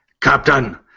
Captain